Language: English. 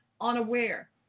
unaware